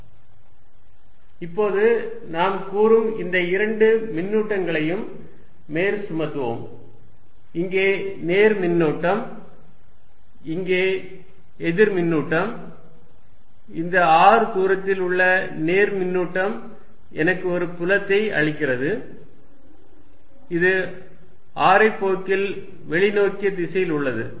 4πr24π3r30 Erρr30 Err30 இப்போது நாம் கூறும் இந்த இரண்டு மின்னூட்டங்களையும் மேற்சுமத்துவோம் இங்கே நேர் மின்னூட்டம் இங்கே எதிர்மின்னூட்டம் இந்த r தூரத்தில் உள்ள நேர் மின்னூட்டம் எனக்கு ஒரு புலத்தை அளிக்கிறது இது ஆரைப்போக்கில் வெளிநோக்கிய திசையில் உள்ளது